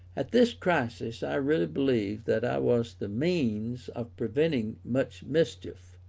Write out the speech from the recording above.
at this crisis i really believe that i was the means of preventing much mischief.